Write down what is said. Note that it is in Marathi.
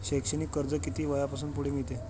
शैक्षणिक कर्ज किती वयापासून पुढे मिळते?